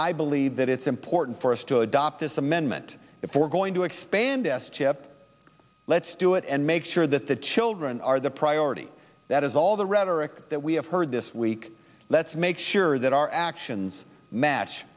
i believe that it's important for us to adopt this amendment if we're going to expand s chip let's do it and make sure that the children are the priority that is all the rhetoric that we have heard this week let's make sure that our actions match